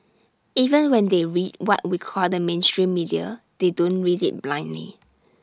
even when they read what we call the mainstream media they don't read IT blindly